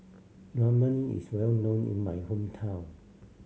ramen is well known in my hometown